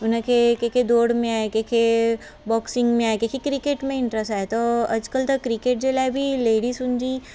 हुनखे कंहिंखे दौड़ में आहे कंहिंखे बॉक्सिंग में आहे कंहिंखे क्रिकेट मे इंट्रेस्ट आहे त अॼकल्ह त क्रिकेट जे लाइ लेडीसुन जी